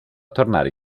tornare